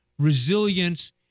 resilience